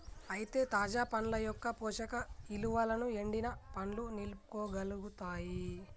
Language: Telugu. అయితే తాజా పండ్ల యొక్క పోషక ఇలువలను ఎండిన పండ్లు నిలుపుకోగలుగుతాయి